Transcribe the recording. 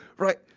right?